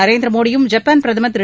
நரேந்திர மோடியும் ஜப்பான் பிரதமர் திரு